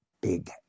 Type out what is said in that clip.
Big